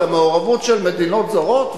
למעורבות של מדינות זרות?